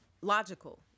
logical